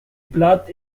blatt